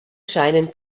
scheinen